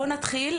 בואו נתחיל,